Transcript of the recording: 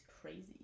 crazy